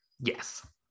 Yes